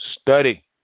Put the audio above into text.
Study